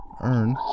earn